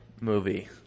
movie